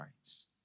rights